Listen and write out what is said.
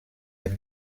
les